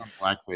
blackface